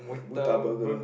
murta burger